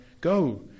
Go